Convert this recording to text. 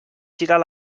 girar